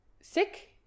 sick